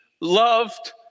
loved